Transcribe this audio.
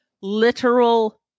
literal